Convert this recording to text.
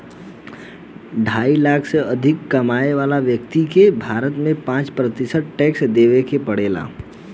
ढाई लाख से अधिक कमाए वाला व्यक्ति के भारत में पाँच प्रतिशत टैक्स देवे के पड़ेला